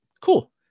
Cool